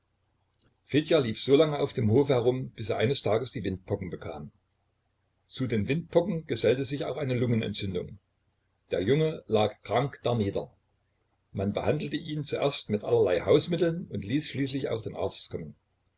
fedja lief so lange auf dem hofe herum bis er eines tages die windpocken bekam zu den windpocken gesellte sich auch eine lungenentzündung der junge lag krank darnieder man behandelte ihn zuerst mit allerlei hausmitteln und ließ schließlich auch den arzt kommen